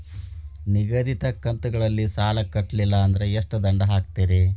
ನಿಗದಿತ ಕಂತ್ ಗಳಲ್ಲಿ ಸಾಲ ಕಟ್ಲಿಲ್ಲ ಅಂದ್ರ ಎಷ್ಟ ದಂಡ ಹಾಕ್ತೇರಿ?